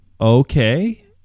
okay